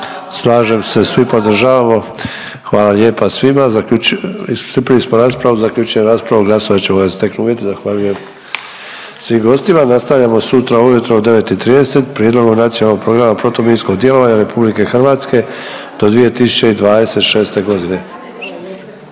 slažem se svi podržavamo. Hvala lijepa svima. Iscrpili smo raspravu, zaključujem raspravu glasovat ćemo kad se steknu uvjeti. Zahvaljujem svim gostima. Nastavljamo sutra ujutro u 9,30 Prijedlogom Nacionalnog programa protuminskog djelovanja RH do 2026.g.